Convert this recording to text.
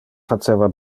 faceva